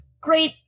great